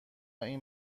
این